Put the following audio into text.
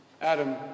Adam